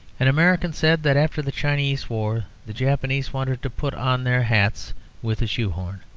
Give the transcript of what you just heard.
an american said that after the chinese war the japanese wanted to put on their hats with a shoe-horn